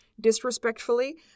disrespectfully